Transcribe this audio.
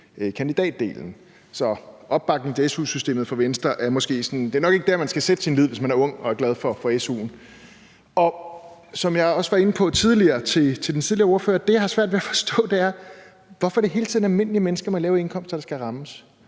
kandidatdelen. Så Venstres opbakning til su-systemet er nok ikke det, man skal sætte sin lid til, hvis man er ung og er glad for su'en. Som jeg også var inde på til den tidligere ordfører, så har jeg svært ved at forstå, hvorfor det hele tiden er almindelige mennesker med lave indkomster, der skal rammes.